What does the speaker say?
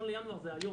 1 לינואר זה היום.